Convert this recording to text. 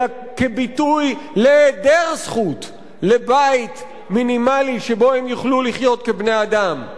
אלא כביטוי להיעדר זכות לבית מינימלי שבו הם יוכלו לחיות כבני-אדם.